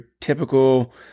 typical